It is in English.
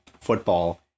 football